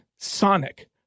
Sonic